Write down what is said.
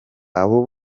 abo